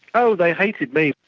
oh, they hated me.